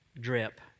drip